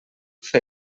fer